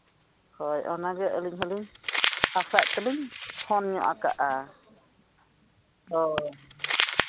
ᱦᱳᱭ ᱚᱱᱟᱜᱮ ᱟᱹᱞᱤᱧ ᱦᱚᱸᱞᱤᱧ ᱟᱥᱟᱭᱮᱫ ᱛᱮᱞᱤᱧ ᱯᱷᱳᱱ ᱧᱚᱜ ᱠᱟᱜᱼᱟ ᱦᱳᱭ